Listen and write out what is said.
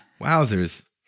Wowzers